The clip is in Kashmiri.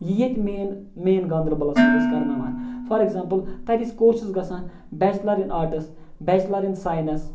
یہِ ییٚتہِ مین مین گاندِربَلَس مَنٛز ٲسۍ کَرناوان فار ایٚگزامپٕل تَتہِ ٲسۍ کورسِز گَژھان bachelor in arts bachelor in science